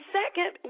second